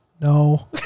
No